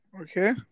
Okay